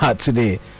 today